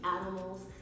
animals